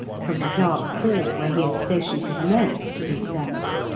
from the dark hall where he had stationed his men, to be exact.